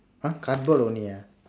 !huh! cardboard only ah